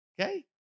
okay